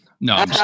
No